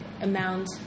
amount